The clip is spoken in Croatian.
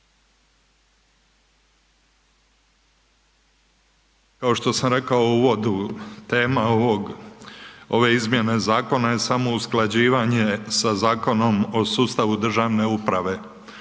Kao što sam rekao u uvodu tema ovog, ove izmjene zakona je samo usklađivanje sa Zakonom o sustavu državne uprave,